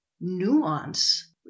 nuance